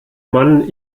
mann